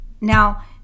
Now